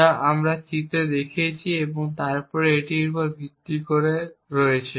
যা আমরা চিত্রে দেখিয়েছি এবং তারপরে এটির উপর ভিত্তি করে রয়েছে